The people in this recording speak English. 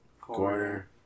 Corner